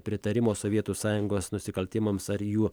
pritarimo sovietų sąjungos nusikaltimams ar jų